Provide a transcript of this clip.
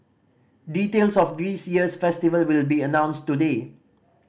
details of this year's festival will be announced today